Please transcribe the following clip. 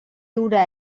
hura